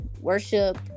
worship